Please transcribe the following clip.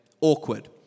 awkward